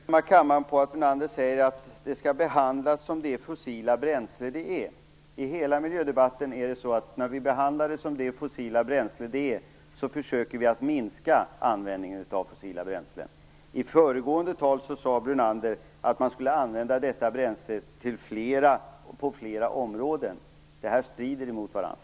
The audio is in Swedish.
Herr talman! Jag vill uppmärksamma kammaren på att Lennart Brunander säger att alkylatbensinen skall behandlas som det fossila bränsle som det är. I hela miljödebatten är det så att vi försöker minska användningen av fossila bränslen. I ett tidigare inlägg sade Lennart Brunander att man skulle använda detta bränsle på flera områden. Dessa saker strider mot varandra.